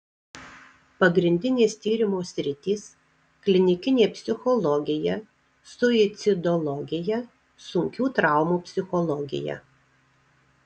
pagrindinės tyrimų sritys klinikinė psichologija suicidologija sunkių traumų psichologija